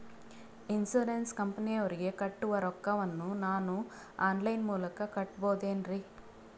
Insurance ಕಂಪನಿಯವರಿಗೆ ಕಟ್ಟುವ ರೊಕ್ಕ ವನ್ನು ನಾನು ಆನ್ ಲೈನ್ ಮೂಲಕ ಕಟ್ಟಬಹುದೇನ್ರಿ?